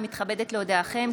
אני מתכבדת להודיעכם,